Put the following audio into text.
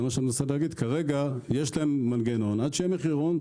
כרגע יש להם מנגנון ועד שיהיה מחירון,